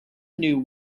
knew